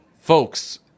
folks